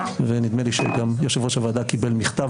ונדמה לי שגם יושב-ראש הוועדה קיבל מכתב